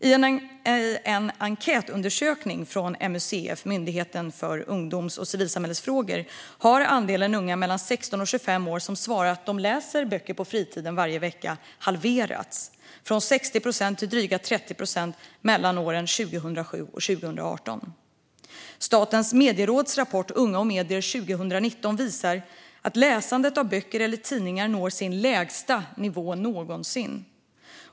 I en enkätundersökning från MUCF, Myndigheten för ungdoms och civilsamhällesfrågor, har andelen unga mellan 16 och 25 år som svarar att de läser böcker på fritiden varje vecka halverats. Den har gått från 60 procent till dryga 30 procent mellan åren 2007 och 2018. Statens medieråds rapport Unga r & medier 2019 visar att läsandet av böcker eller tidningar når sin lägsta nivå någonsin.